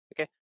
okay